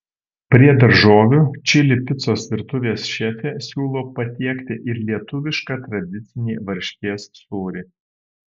prie daržovių čili picos virtuvės šefė siūlo patiekti ir lietuvišką tradicinį varškės sūrį